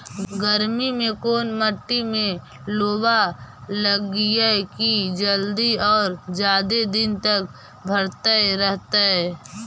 गर्मी में कोन मट्टी में लोबा लगियै कि जल्दी और जादे दिन तक भरतै रहतै?